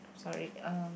sorry uh